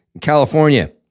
California